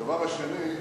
הדבר השני,